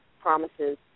promises